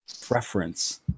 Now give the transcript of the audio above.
preference